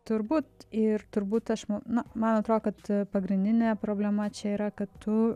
turbūt ir turbūt aš ma na man atrodo kad pagrindinė problema čia yra kad tu